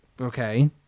Okay